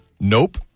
Nope